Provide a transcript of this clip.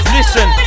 Listen